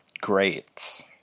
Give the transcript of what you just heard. great